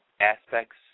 aspects